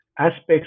aspects